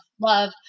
love